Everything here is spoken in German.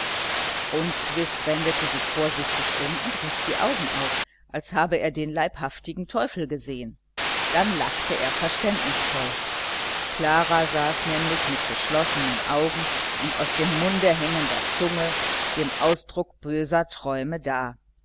rundquist wendete sich vorsichtig um und riß die augen auf als habe er den leibhaftigen teufel gesehen dann lachte er verständnisvoll klara saß nämlich mit geschlossenen augen und aus dem munde hängender zunge dem ausdruck böser träume da